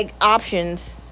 options